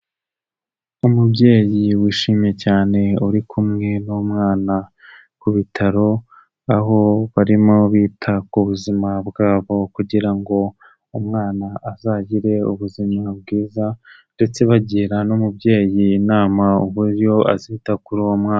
Umubyeyi wishimye cyane uri kumwe n'umwana ku bitaro aho barimo bita ku buzima bwabo kugira ngo umwana azagire ubuzima bwiza ndetse bagira n'umubyeyi inama uburyo azita kuri uwo mwana.